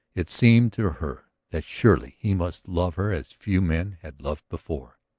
it seemed to her that surely he must love her as few men had loved before.